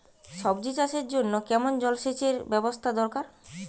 সবজি চাষের জন্য কেমন জলসেচের ব্যাবস্থা দরকার?